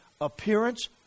appearance